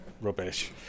rubbish